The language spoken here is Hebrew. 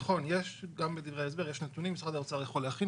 נכון, יש נתונים, משרד האוצר יכול להכין.